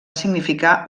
significar